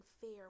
fair